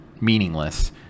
meaningless